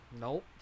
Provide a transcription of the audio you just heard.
Nope